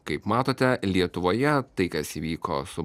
kaip matote lietuvoje tai kas įvyko su